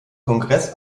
kongress